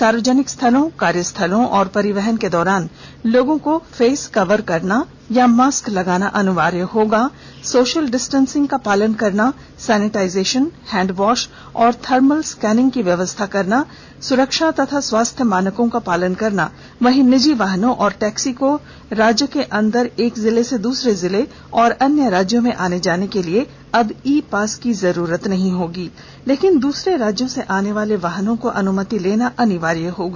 सार्वजनिक स्थलों कार्य स्थलों और परिवहन के दौरान लोगों को फेस कवर अथवा मास्क अनिवार्य रुप से पहनने सोशल डिस्टेंसिंग का पालन करने सैनिजाइटेशन हैंड वॉश और थर्मल स्कैनिंग की व्यवस्था करने सुरक्षा और स्वास्थ्य मानकों का पालन करने वहीं निजी वाहनों और टैक्सी को राज्य के अंदर एक जिला से दूसरे जिले और अन्य राज्यों में आने जाने के लिए अब ई पास की जरूरत नहीं होगी लेकिन दूसरे राज्यों से आने वाले वाहनों को अनुमति लेना अनिवार्य होगा